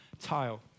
tile